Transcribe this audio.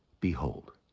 behold.